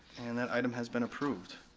and that item has been approved.